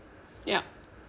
yup